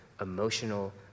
emotional